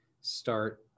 start